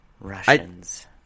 Russians